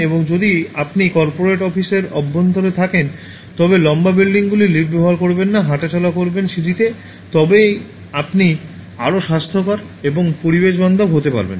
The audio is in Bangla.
এবং যদি আপনি কর্পোরেট অফিসের অভ্যন্তরে থাকেন তবে লম্বা বিল্ডিংগুলির লিফট ব্যবহার করবেন না হাঁটাচলা করবেন সিঁড়িতে তবেই আপনি আরও স্বাস্থ্যকর এবং পরিবেশবান্ধব হতে পারবেন